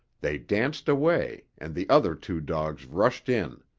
they danced away and the other two dogs rushed in.